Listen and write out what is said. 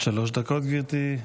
עד שלוש דקות, גברתי.